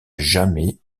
jamais